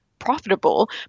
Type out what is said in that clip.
profitable